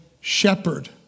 shepherd